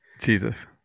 Jesus